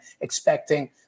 expecting